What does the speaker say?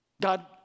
God